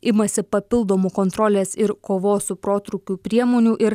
imasi papildomų kontrolės ir kovos su protrūkiu priemonių ir